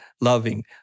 loving